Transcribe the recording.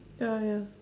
oh ya